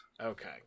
Okay